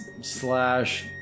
slash